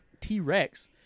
T-Rex